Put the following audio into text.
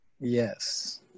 Yes